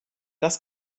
das